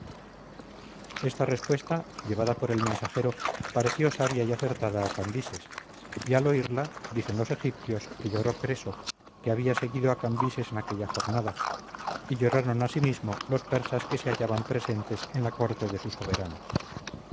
esta respuesta llevada por el mensajero pareció sabia y acertada a cambises y al oírla dicen los egipcios que lloró creso que había seguido a cambises en aquella jornada y lloraron asimismo los persas que se hallaban presentes en la corte de su soberano